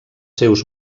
seus